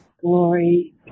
glory